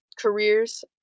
careers